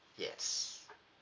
yes